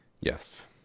Yes